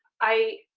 i.